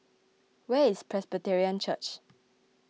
where is Presbyterian Church